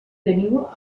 teniu